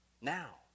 now